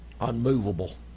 Unmovable